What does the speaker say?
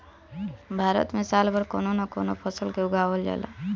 भारत में साल भर कवनो न कवनो फसल के उगावल जाला